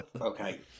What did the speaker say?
okay